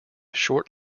short